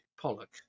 Pollock